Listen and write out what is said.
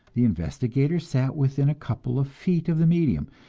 the investigators sat within a couple of feet of the medium,